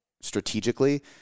strategically